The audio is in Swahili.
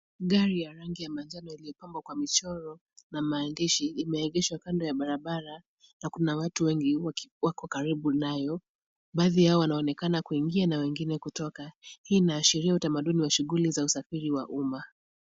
Gari ya rangi ya manjano limepambwa kwa michoro na maandishi imeegeshwa kando ya barabara, na kuna watu wengi wako karibu nayo. Baadhi yao wanaonekana kuingia na wengine kutoka. Hii inaashiria utamaduni wa shughuli za usafiri wa umma.